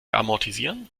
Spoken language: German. amortisieren